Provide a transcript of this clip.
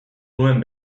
nuen